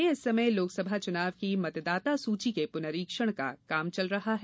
प्रदेश में इस समय लोकसभा चुनाव की मतदाता सूची के पुनरीक्षण का काम चल रहा है